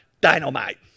dynamite